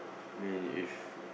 I mean if